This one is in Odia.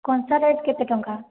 କଂସା ରେଟ୍ କେତେ ଟଙ୍କା